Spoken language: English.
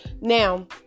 Now